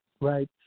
Right